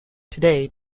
today